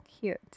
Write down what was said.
cute